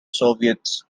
soviets